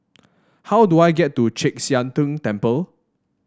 how do I get to Chek Sian Tng Temple